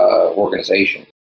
organization